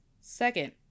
Second